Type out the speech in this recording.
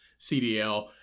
CDL